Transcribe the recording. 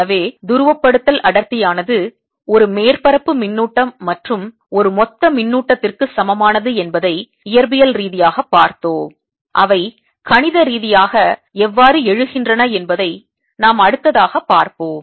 எனவே துருவப்படுத்தல் அடர்த்தியானது ஒரு மேற்பரப்பு மின்னூட்டம் மற்றும் ஒரு மொத்த மின்னூட்டத்திற்கு சமமானது என்பதை இயற்பியல் ரீதியாக பார்த்தோம் அவை கணித ரீதியாக எவ்வாறு எழுகின்றன என்பதை நாம் அடுத்ததாக பார்ப்போம்